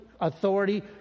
authority